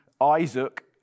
Isaac